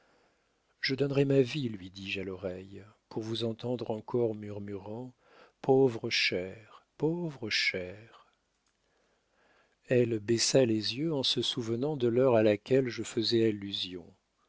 je donnerais ma vie lui dis-je à l'oreille pour vous entendre encore murmurant pauvre cher pauvre cher elle baissa les yeux en se souvenant de l'heure à laquelle je faisais allusion